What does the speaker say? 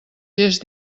gest